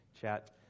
chat